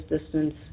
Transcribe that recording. distance